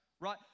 right